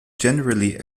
generally